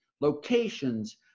locations